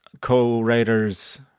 co-writers